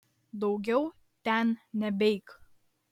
daugiau ten nebeik